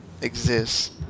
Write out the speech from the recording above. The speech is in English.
exists